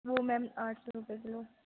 وہ میم آٹھ سو روپیے کلو